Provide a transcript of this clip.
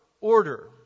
order